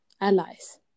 allies